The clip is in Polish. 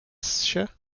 ssie